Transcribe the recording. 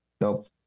Nope